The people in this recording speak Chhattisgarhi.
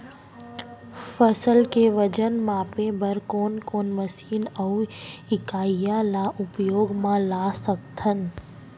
फसल के वजन मापे बर कोन कोन मशीन अऊ इकाइयां ला उपयोग मा ला सकथन?